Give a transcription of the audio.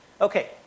Okay